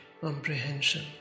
comprehension